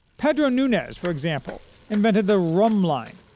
pedro nunes, for example, invented the rhumb line,